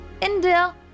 India